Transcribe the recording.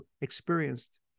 experienced